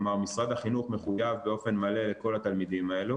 משרד החינוך מחויב באופן מלא לכל התלמידים האלו,